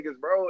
bro